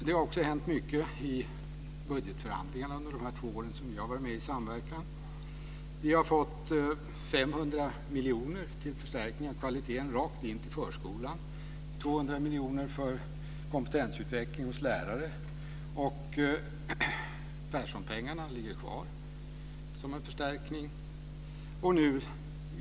Det har också hänt mycket i budgetförhandlingarna under de två år som vi har varit med i samverkan. Vi har fått 500 miljoner kronor till förstärkning av kvaliteten som har gått rakt till förskolan och 200 miljoner kronor för kompetensutveckling av lärare. Perssonpengarna ligger kvar som en förstärkning.